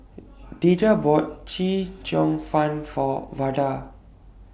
Deja bought Chee Cheong Fun For Vada